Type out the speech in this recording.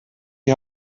die